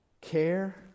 care